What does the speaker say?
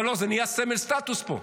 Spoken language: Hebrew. אבל לא, זה נהיה סמל סטטוס פה.